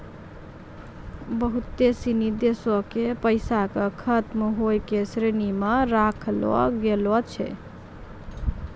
बहुते सिनी देशो के पैसा के खतम होय के श्रेणी मे राखलो गेलो छै